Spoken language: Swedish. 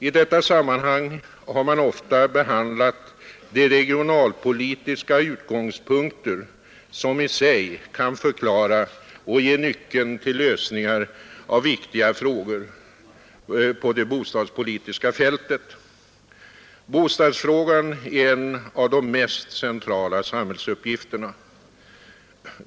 I detta sammanhang har man ofta behandlat de regionalpolitiska utgångspunkter som i sig kan förklara och ge nyckeln till lösningar av viktiga frågor på det bostadspolitiska fältet. Bostadsfrågan är en av de mest centrala samhällsuppgifterna.